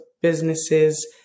businesses